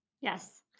Yes